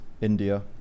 India